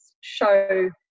show